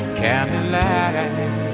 candlelight